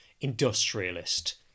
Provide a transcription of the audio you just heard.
industrialist